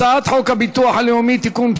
הצעת חוק הביטוח הלאומי (תיקון,